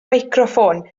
meicroffon